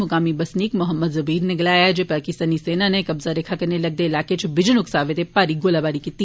मुकामी बसनीक मोहमद जुवेर नै गलाया जे पाकिस्तानी सेना नै कब्जा रेखा कन्नै लगदे इलाके इच बिजन उकसावे दे भारी गोलाबारी कीती